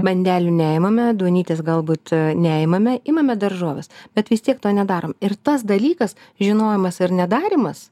bandelių neimame duonytės galbūt neimame imame daržoves bet vis tiek to nedarom ir tas dalykas žinojimas ir nedarymas